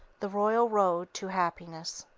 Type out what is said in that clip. the royal road to happiness